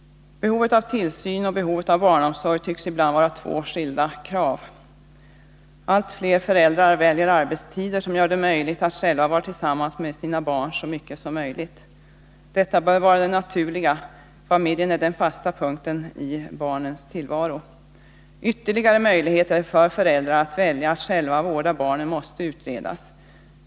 Behovet av tillsyn och behovet av barnomsorg tycks ibland vara två skilda behov. Allt fler föräldrar väljer arbetstider som gör det möjligt för dem att själva vara tillsammans med sina barn så mycket som möjligt. Detta bör vara det naturliga — familjen är den fasta punkten i barnens tillvaro. Ytterligare möjligheter för föräldrar att välja att själva vårda barnen måste utredas.